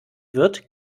wird